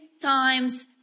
times